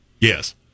Yes